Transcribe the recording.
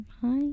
Hi